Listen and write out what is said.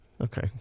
Okay